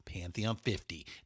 Pantheon50